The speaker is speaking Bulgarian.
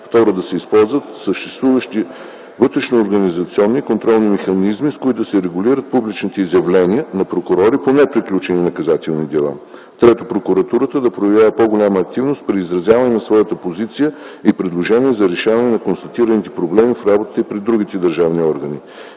2. Да се използват съществуващите вътрешноорганизационни и контролни механизми, с които да се регулират публичните изявления на прокурори по неприключили наказателни дела; 3. Прокуратурата да проявява по-голяма активност при изразяване на своята позиция и предложения за решаване на констатираните проблеми в работата й пред другите държавни органи.